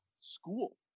School